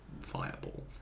Fireball